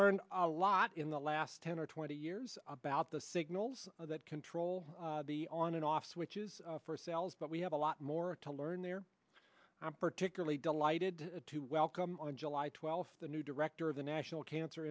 learned a lot in the last ten or twenty years about the signals that control be on and off switches for cells but we have a lot more to learn there particularly delighted to welcome on july twelfth the new director of the national cancer